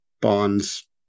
bonds